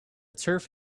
turf